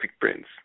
prints